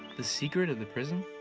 the secret of the prism?